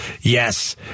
Yes